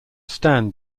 stand